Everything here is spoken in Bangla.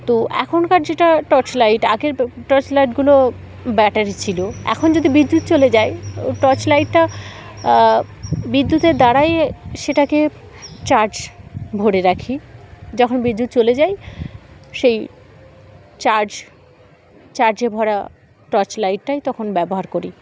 তো এখনকার যেটা টর্চ লাইট আগের টর্চ লাইটগুলো ব্যাটারি ছিল এখন যদি বিদ্যুৎ চলে যায় ও টর্চ লাইটটা বিদ্যুতের দ্বারাই সেটাকে চার্জ ভরে রাখি যখন বিদ্যুৎ চলে যাই সেই চার্জ চার্জে ভরা টর্চ লাইটটাই তখন ব্যবহার করি